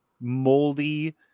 moldy